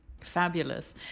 Fabulous